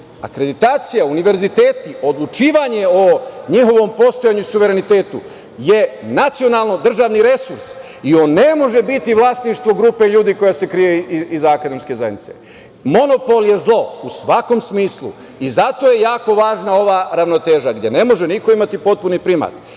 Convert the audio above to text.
društva. Akreditacija, univerziteti, odlučivanje o njihovom postojanju i suverenitetu je nacionalno državni resurs i on ne može biti vlasništvo grupe ljudi koja se krije iza akademske zajednice. Monopol je zlo u svakom smislu i zato je jako važna ova ravnoteža gde ne može niko imati potpuni primat.